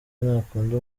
ntakunda